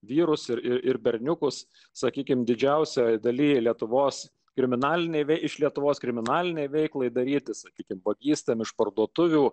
vyrus ir ir berniukus sakykime didžiausioje dalyje lietuvos kriminaliniai bei iš lietuvos kriminalinei veiklai daryti sakykime pakeistam išparduotuvių